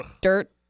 dirt